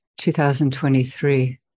2023